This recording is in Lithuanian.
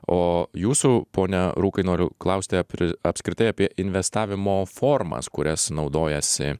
o jūsų pone rūkai noriu klausti ar apskritai apie investavimo formas kurias naudojasi